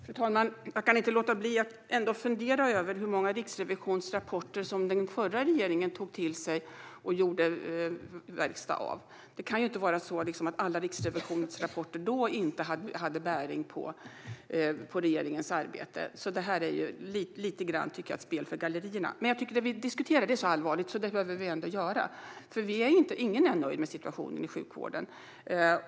Fru talman! Jag kan inte låta bli att fundera över hur många riksrevisionsrapporter som den förra regeringen tog till sig och gjorde verkstad av. Det kan inte vara så att alla riksrevisionsrapporter under den förra regeringens tid inte hade bäring på regeringens arbete. Jag tycker att detta är något av ett spel för gallerierna. Men jag tycker att det som vi diskuterar är så allvarligt att vi behöver göra detta. Ingen är nöjd med situationen i sjukvården.